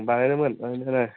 बानाय नांगोन बानायालाय